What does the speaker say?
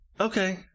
okay